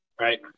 Right